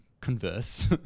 converse